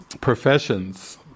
professions